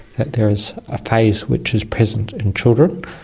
that there is a phase which is present in children,